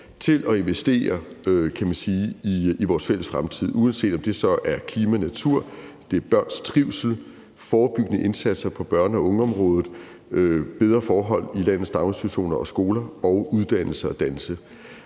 kan man sige, i vores fælles fremtid, uanset om det så er klima og natur eller det er børns trivsel, forebyggende indsatser på børne- og ungeområdet, bedre forhold i landets daginstitutioner og skoler og uddannelse og dannelse.